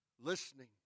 listening